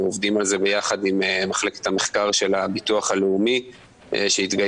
אנחנו עובדים על זה ביחד עם מחלקת המחקר של הביטוח הלאומי שהתגייסה